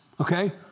Okay